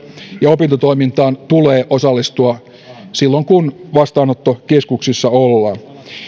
ja opintotoimintaan tulee osallistua silloin kun vastaanottokeskuksissa ollaan